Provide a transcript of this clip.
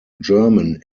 german